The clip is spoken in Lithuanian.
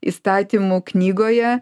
įstatymų knygoje